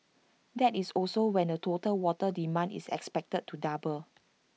that is also when the total water demand is expected to double